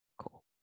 Cool